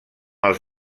als